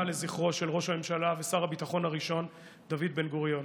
לזכרו של ראש הממשלה ושר הביטחון הראשון דוד בן-גוריון.